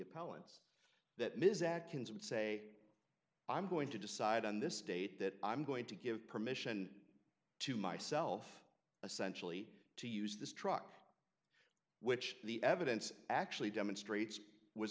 ms that can say i'm going to decide on this date that i'm going to give permission to myself essential to use this truck which the evidence actually demonstrates was